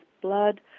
blood